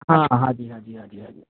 હા હા હાજી હાજી હાજી હાજી